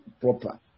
proper